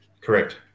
Correct